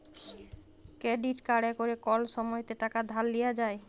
credit কাড়ে ক্যরে কল সময়তে টাকা ধার লিয়া যায়